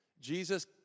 Jesus